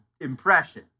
impression